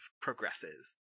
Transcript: progresses